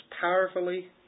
powerfully